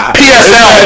psl